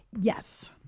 Yes